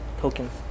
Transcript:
tokens